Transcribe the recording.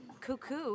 cuckoo